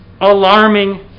alarming